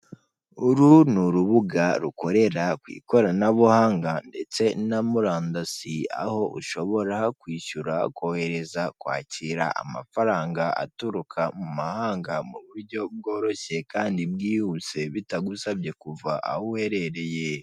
Uru ni urubuga rukorera ku ikoranabuhanga ndetse na murandasi, aho ushobora kwishyura, kohereza, kwakira amafaranga aturuka mu mahanga, mu buryo bworoshye kandi bwihuse bitagusabye kuva aho uherereye.